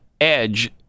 edge